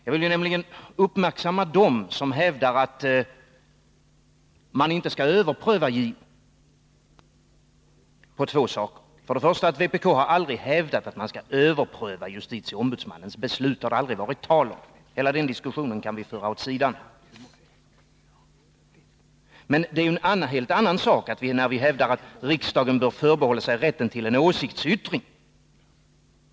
Jag vill nämligen uppmärksamma dem som hävdar att man inte skall överpröva JO på två saker. Först och främst har vpk aldrig hävdat att man skall överpröva JO:s beslut. Det har aldrig varit tal om det. Hela den diskussionen kan vi föra åt sidan. Men det är ju en helt annan sak när vi hävdar att riksdagen bör förbehålla sig rätten till en åsiktsyttring.